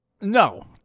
No